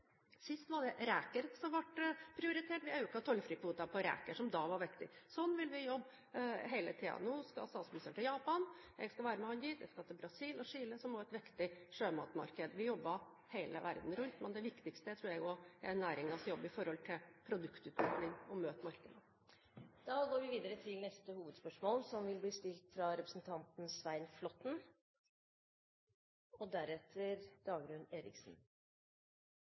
Sist var det reker som ble prioritert: Vi økte tollfrikvoten på reker, som da var viktig. Slik vil vi jobbe hele tiden. Nå skal statsministeren til Japan, og jeg skal være med ham dit, og jeg skal til Brasil og Chile, som også er viktige sjømatmarkeder. Vi jobber hele verden rundt, men det viktigste er næringens jobb når det gjelder produktutvikling og å møte markedet. Vi går videre til neste hovedspørsmål. Jeg vil gjerne fortsette å spørre statsråd Berg-Hansen om tollsaken. Hun unnlater å svare representanten